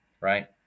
right